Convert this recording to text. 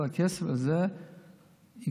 והכסף הזה ייכנס